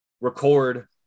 record